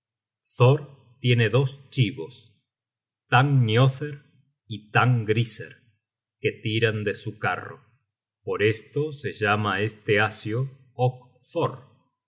thor tiene dos chibos tanngniother y tanngriser que tiran de su carro por esto se llama este asio